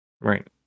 Right